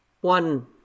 One